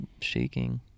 shaking